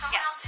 Yes